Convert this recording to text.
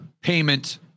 payment